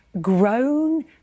grown